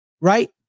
right